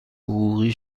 حقوقی